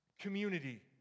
community